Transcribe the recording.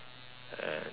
and